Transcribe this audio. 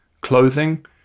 clothing